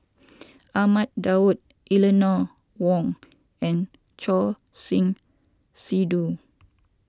Ahmad Daud Eleanor Wong and Choor Singh Sidhu